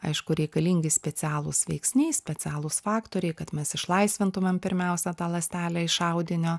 aišku reikalingi specialūs veiksniai specialūs faktoriai kad mes išlaisvintumėm pirmiausia tą ląstelę iš audinio